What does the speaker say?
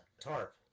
tarp